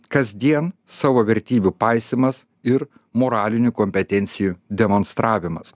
kasdien savo vertybių paisymas ir moralinių kompetencijų demonstravimas